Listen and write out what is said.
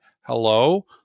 hello